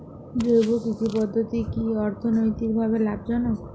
জৈব কৃষি পদ্ধতি কি অর্থনৈতিকভাবে লাভজনক?